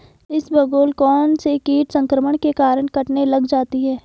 इसबगोल कौनसे कीट संक्रमण के कारण कटने लग जाती है?